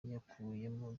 yakuyemo